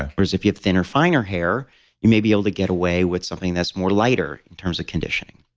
whereas, if you have thinner, finer hair you may be able to get away with something that's more lighter in terms of conditioning.